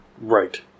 Right